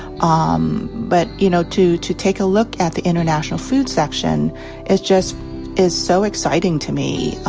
ah um but you know to to take a look at the international food section is just is so exciting to me,